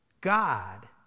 God